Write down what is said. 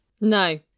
No